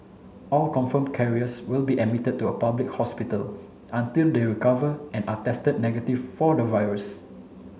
all confirm carriers will be admitted to a public hospital until they recover and are tested negative for the virus